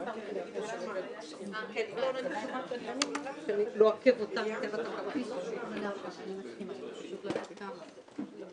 בבעיה של רמת שכר נמוכה צריך דבר ראשון שיהיה איסוף נתונים